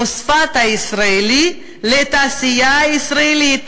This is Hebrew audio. הפוספט הישראלי לתעשייה הישראלית.